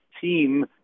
team